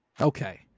Okay